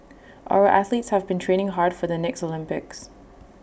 our athletes have been training hard for the next Olympics